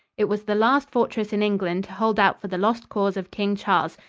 it was the last fortress in england to hold out for the lost cause of king charles,